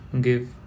give